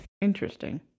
Interesting